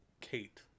Kate